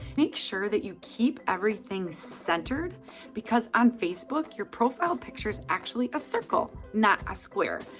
make sure that you keep everything centered because on facebook, your profile picture is actually a circle, not a square,